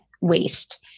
waste